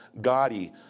gaudy